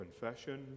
confession